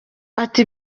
ati